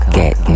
get